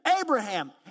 abraham